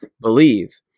believe